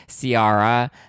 Ciara